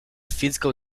physical